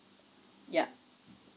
yup